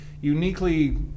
Uniquely